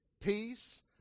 peace